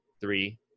three